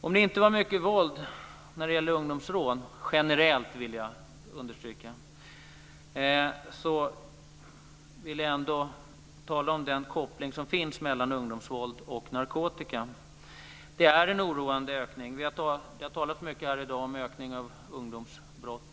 Om det inte är mycket våld när det gäller ungdomsrån - generellt sett, vill jag understryka - så vill jag ändå tala om den koppling som finns mellan ungdomsvåld och narkotika. Det är en oroande ökning. Vi har talat mycket här i dag om ökning av ungdomsbrott.